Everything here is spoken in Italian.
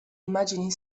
immagini